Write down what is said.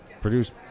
produce